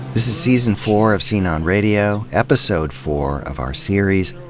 this is season four of scene on radio, episode four of our series,